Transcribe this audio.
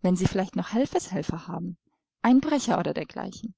wenn sie vielleicht noch helfershelfer haben einbrecher oder dergleichen